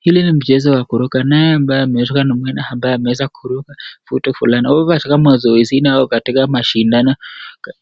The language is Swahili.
Hili ni mchezo wa kuruka naye ambaye ameonekana mwenyewe ambaye ameweza kuruka futi fulani. Wamefanya kama mazoezi na katika mashindano